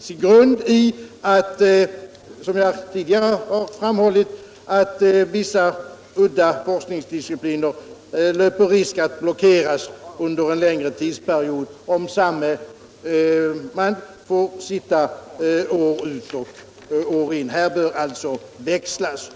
sin grund i — som jag tidigare har framhållit — att vissa udda forskningsdiscipliner löper risk att blockeras under en längre tidsperiod om samma person får sitta år ut och år in. Det skall alltså ske en växling.